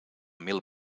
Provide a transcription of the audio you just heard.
mil